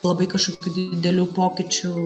labai kažkokių didelių pokyčių